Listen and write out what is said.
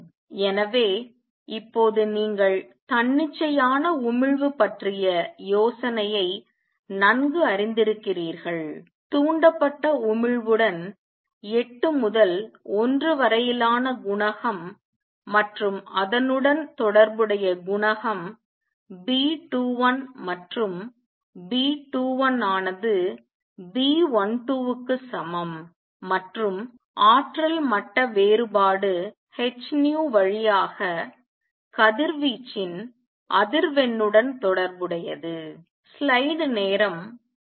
எனவே இப்போது நீங்கள் தன்னிச்சையான உமிழ்வு பற்றிய யோசனையை நன்கு அறிந்திருக்கிறீர்கள் தூண்டப்பட்ட உமிழ்வுடன் 8 முதல் 1 வரையிலான குணகம் மற்றும் அதனுடன் தொடர்புடைய குணகம் B21 மற்றும் B21 ஆனது B12 க்கு சமம் மற்றும் ஆற்றல் மட்ட வேறுபாடு h வழியாக கதிர்வீச்சின் அதிர்வெண்ணுடன் தொடர்புடையது